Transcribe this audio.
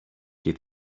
και